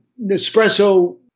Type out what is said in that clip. Nespresso